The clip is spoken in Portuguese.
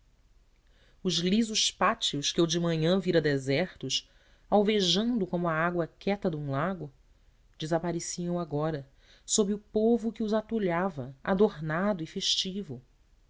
os lisos pátios que eu de manhã vira desertos alvejando como a água quieta de um lago desapareciam agora sob o povo que os atulhava domado e festivo